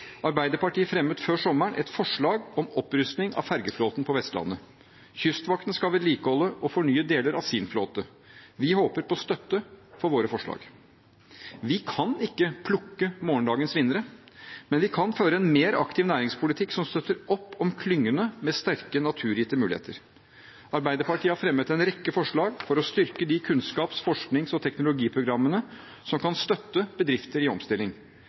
Arbeiderpartiet fremmet før sommeren et forslag om opprusting av fergeflåten på Vestlandet. Kystvakten skal vedlikeholde og fornye deler av sin flåte. Vi håper på støtte for våre forslag. Vi kan ikke plukke morgendagens vinnere, men vi kan føre en mer aktiv næringspolitikk, som støtter opp om klyngene med sterke naturgitte muligheter. Arbeiderpartiet har fremmet en rekke forslag for å styrke de kunnskaps-, forsknings- og teknologiprogrammene som kan støtte bedrifter i omstilling,